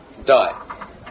die